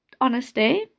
honesty